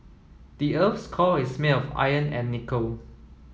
the earth's core is made of iron and nickel